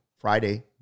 Friday